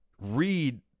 read